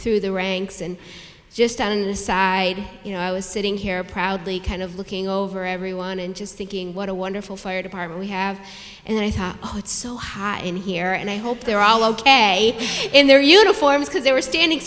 through the ranks and just on the side you know i was sitting here proudly kind of looking over everyone and just thinking what a wonderful fire department we have and i thought oh it's so hot in here and i hope they're all ok in their uniforms because they were standing